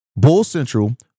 BULLCENTRAL